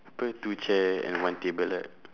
apa two chair and one table lah